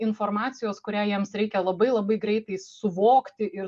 informacijos kurią jiems reikia labai labai greitai suvokti ir